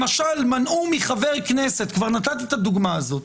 למשל מנעו מחבר כנסת כבר הבאתי את הדוגמה הזאת